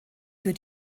für